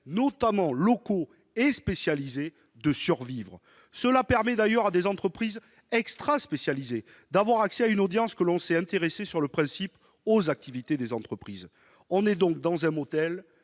notamment locaux et spécialisés, de survivre. Cela permet d'ailleurs à des entreprises extra-spécialisées d'avoir accès à une audience que l'on sait intéressée sur le principe aux activités de l'entreprise. On est donc dans un modèle